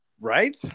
Right